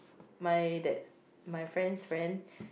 mine that my friend's friend